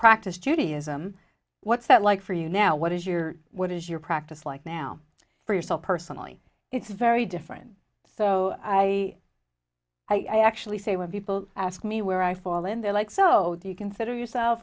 practice judaism what's that like for you now what is your what is your practice like now for yourself personally it's very different so i i actually say when people ask me where i fall in they're like so do you consider yourself